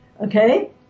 Okay